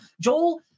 joel